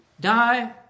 Die